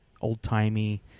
old-timey